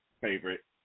favorite